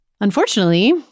Unfortunately